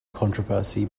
controversy